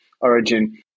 origin